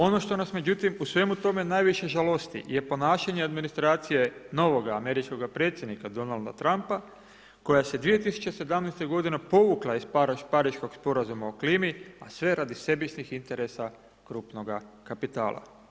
Ono što nas međutim u svemu tome najviše žalosti je ponašanje administracije novoga američkoga predsjednika Donalda Trumpa koja se 2017. godine povukla iz Pariškog sporazuma o klimi, a sve radi … interesa krupnoga kapitala.